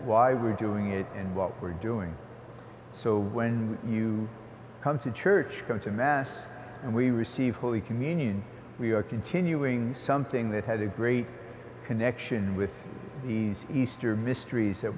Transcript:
why we're doing it and what we're doing so when you come to church going to mass and we receive holy communion we are continuing something that has a great connection with easter mysteries that